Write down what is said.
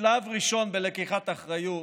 שלב ראשון בלקיחת אחריות,